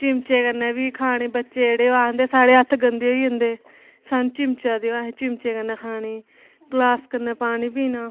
चिम्मचे कन्नै बी खानी बच्चें जेह्ड़े ओह् आखदे साढ़े हत्थ गंदे होई जंदे सानूं चम्मचे देओ असें चम्मचे कन्नै खानी ग्लास कन्नै पानी पीना